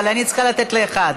אבל אני צריכה לתת לאחד.